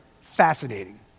fascinating